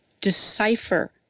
decipher